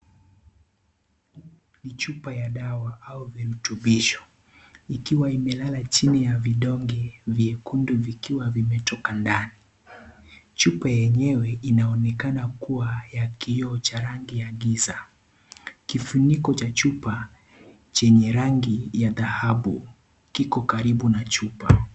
Ni chupa ya dawa au virutubisho ikiwa imelala chini ya vidonge vyekundu vikiwa vimetoka ndani. Chupa yenyewe inaonekana kuwa ya kioo cha rangi ya giza. Kifuniko cha chupa chenye rangi ya dhahabu kiko karibu na chupa.